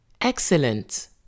excellent